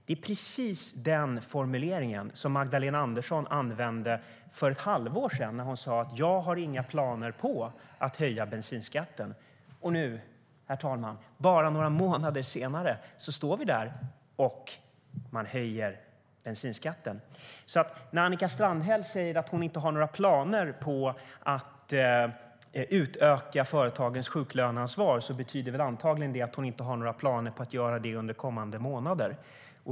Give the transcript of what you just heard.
Det är precis den formulering som Magdalena Andersson använde för ett halvår sedan när hon sa: Jag har inga planer på att höja bensinskatten. Nu, herr talman, bara några månader senare står vi där, och man höjer bensinskatten. När Annika Strandhäll säger att hon inte har några planer på att utöka företagens sjuklöneansvar betyder det antagligen att hon inte har några planer på att göra det under kommande månader.